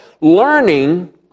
Learning